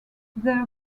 their